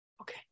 okay